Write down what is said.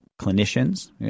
clinicians